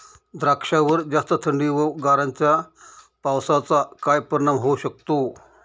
द्राक्षावर जास्त थंडी व गारांच्या पावसाचा काय परिणाम होऊ शकतो?